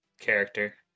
character